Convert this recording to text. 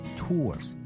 tours